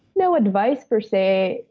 no advice per se,